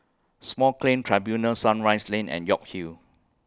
Small Claims Tribunals Sunrise Lane and York Hill